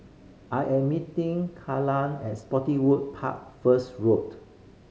I am meeting Kala at Spottiswoode Park first Road